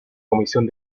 comisión